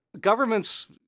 governments